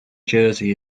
jersey